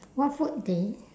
what food they